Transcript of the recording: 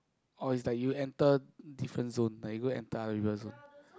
or is like you enter different zone like you go enter other people zone